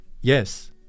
Yes